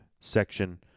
section